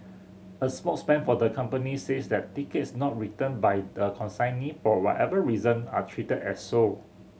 a spokesman for the company says that tickets not returned by the consignee for whatever reason are treated as sold